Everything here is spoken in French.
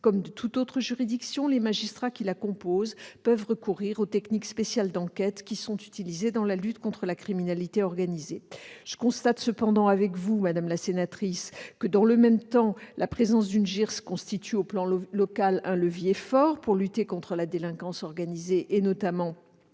ou de toute autre juridiction, les magistrats qui la composent peuvent recourir aux techniques spéciales d'enquête utilisées dans la lutte contre la criminalité organisée. Néanmoins, je constate avec vous, madame la sénatrice, que la présence d'une JIRS constitue au plan local un levier fort pour lutter contre la délinquance organisée, notamment